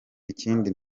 ikindi